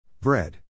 Bread